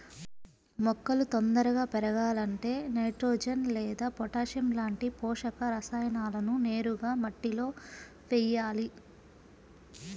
మొక్కలు తొందరగా పెరగాలంటే నైట్రోజెన్ లేదా పొటాషియం లాంటి పోషక రసాయనాలను నేరుగా మట్టిలో వెయ్యాలి